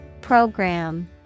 Program